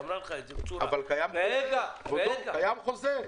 אבל קיים חוזה.